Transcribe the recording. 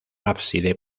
ábside